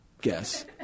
Guess